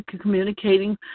communicating